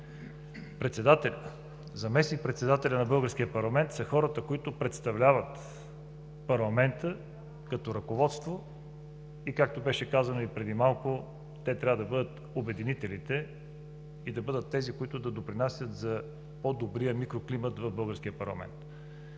Председателят, заместник-председателят на Народното събрание са хората, които представляват парламента като ръководство, и както беше казано и преди малко, те трябва да бъдат обединителите и да бъдат тези, които да допринасят за по-добрия микроклимат в българския парламент.